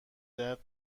درد